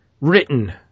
written